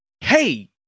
Hey